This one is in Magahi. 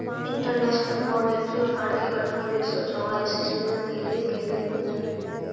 इंटरनेशनल मॉनेटरी फंड के गठन उन्नीस सौ चौवालीस ईस्वी में कैल गेले हलइ